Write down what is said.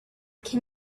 can